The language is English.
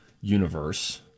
Universe